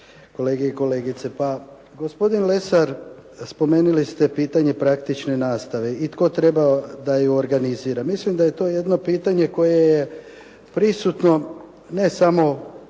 kolege i kolegice. Pa gospodin Lesar spomenuli ste pitanje praktične nastave i tko treba da ju organizira. Mislim da je to jedno pitanje koje je prisutno ne samo